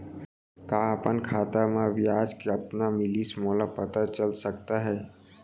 का अपन खाता म ब्याज कतना मिलिस मोला पता चल सकता है?